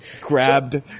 grabbed